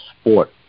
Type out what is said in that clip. sport